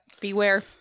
Beware